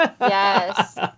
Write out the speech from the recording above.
Yes